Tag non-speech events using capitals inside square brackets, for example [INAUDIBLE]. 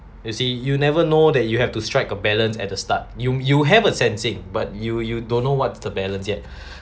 you see you'll never know that you have to strike a balance at the start you you have a sensing but you you don't know what's the balance yet [BREATH]